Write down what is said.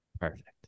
Perfect